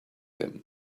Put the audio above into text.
him